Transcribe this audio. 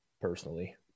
personally